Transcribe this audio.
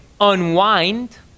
unwind